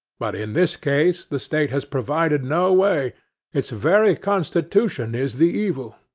but in this case the state has provided no way its very constitution is the evil.